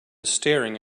staring